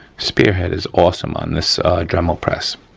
spearhead is awesome on this dremel press,